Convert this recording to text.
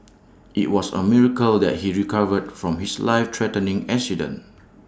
IT was A miracle that he recovered from his life threatening accident